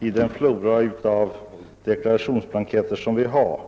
i den flora av deklarationsblanketter som vi har.